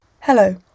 Hello